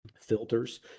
Filters